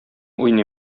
уйный